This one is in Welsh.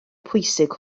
pwysig